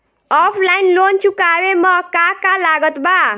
Offline loan चुकावे म का का लागत बा?